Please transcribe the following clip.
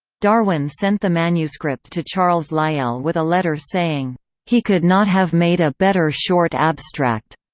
darwin sent the manuscript to charles lyell with a letter saying he could not have made a better short abstract!